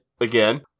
again